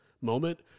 moment